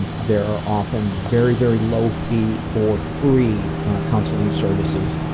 and there are often very, very low-fee or free counseling services.